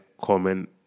comment